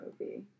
movie